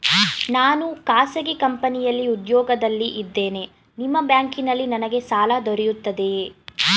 ನಾನು ಖಾಸಗಿ ಕಂಪನಿಯಲ್ಲಿ ಉದ್ಯೋಗದಲ್ಲಿ ಇದ್ದೇನೆ ನಿಮ್ಮ ಬ್ಯಾಂಕಿನಲ್ಲಿ ನನಗೆ ಸಾಲ ದೊರೆಯುತ್ತದೆಯೇ?